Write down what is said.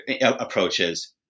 approaches